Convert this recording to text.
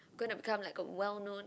gonna become like a well known